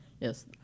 Yes